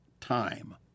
time